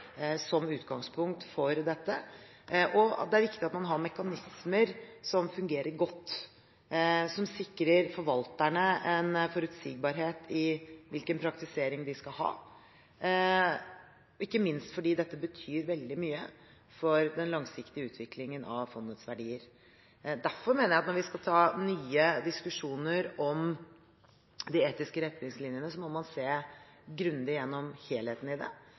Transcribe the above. som utgangspunkt for dette. Det er viktig at man har mekanismer som fungerer godt, og som sikrer forvalterne en forutsigbarhet i hvilken praktisering de skal ha, ikke minst fordi dette betyr veldig mye for den langsiktige utviklingen av fondets verdier. Derfor mener jeg at når vi skal ta nye diskusjoner om de etiske retningslinjene, må man se grundig gjennom helheten i det